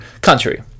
country